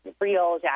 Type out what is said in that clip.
real